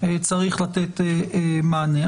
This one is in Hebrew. צריך לתת מענה.